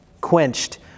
quenched